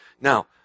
Now